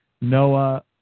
Noah